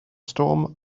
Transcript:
storm